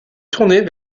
tourner